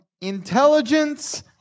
intelligence